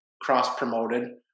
cross-promoted